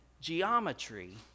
Geometry